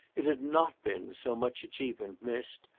it had not been, so much achievement missed,